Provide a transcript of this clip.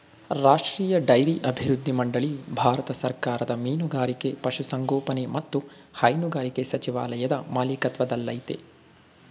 ರಾಷ್ಟ್ರೀಯ ಡೈರಿ ಅಭಿವೃದ್ಧಿ ಮಂಡಳಿ ಭಾರತ ಸರ್ಕಾರದ ಮೀನುಗಾರಿಕೆ ಪಶುಸಂಗೋಪನೆ ಮತ್ತು ಹೈನುಗಾರಿಕೆ ಸಚಿವಾಲಯದ ಮಾಲಿಕತ್ವದಲ್ಲಯ್ತೆ